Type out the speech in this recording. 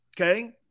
Okay